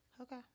Okay